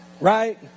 Right